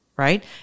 Right